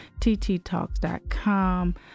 tttalks.com